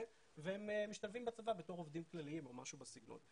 והם משתלבים בצבא בתור עובדים כלליים או משהו בסגנון.